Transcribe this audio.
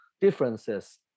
differences